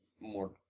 more